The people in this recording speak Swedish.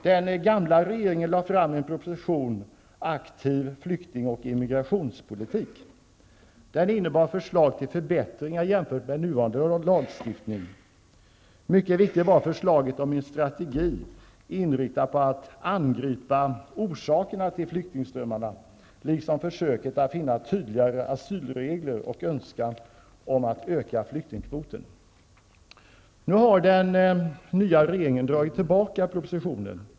Den gamla regeringen lade fram en proposition om aktiv flykting och immigrationspolitik. Den innebar förslag till förbättringar jämfört med nuvarande lagstiftning. Mycket viktigt var förslaget om en strategi inriktad på att angripa orsakerna till flyktingströmmarna liksom försöket att finna tydliga asylregler och önskan om att öka flyktingkvoten. Nu har den nya regeringen dragit tillbaka propositionen.